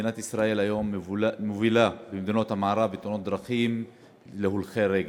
מדינת ישראל מובילה היום במדינות המערב בתאונות דרכים של הולכי רגל.